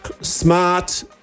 smart